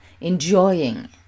enjoying